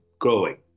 growing